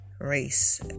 race